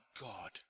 God